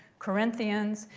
corinthians,